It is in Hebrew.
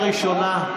חברת הכנסת גולן, שנייה.